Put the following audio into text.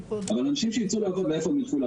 אבל אנשים שירצו לעבוד, לאיפה הם ילכו?